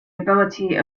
ability